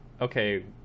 okay